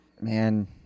Man